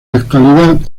actualidad